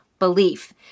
belief